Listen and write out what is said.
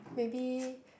maybe